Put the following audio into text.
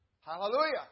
Hallelujah